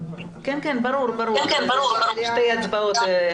שתי הצבעות.